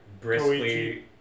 briskly